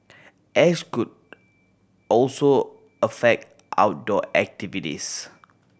ash could also affect outdoor activities